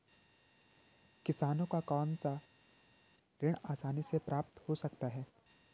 किसानों को कौनसा ऋण आसानी से प्राप्त हो सकता है?